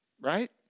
Right